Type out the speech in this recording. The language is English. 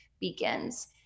begins